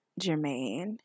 Jermaine